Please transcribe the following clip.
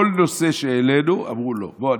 כל נושא שהעלינו, אמרו לא.